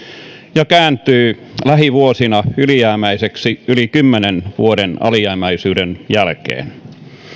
ja kääntyy lähivuosina ylijäämäiseksi yli kymmenen vuoden alijäämäisyyden jälkeen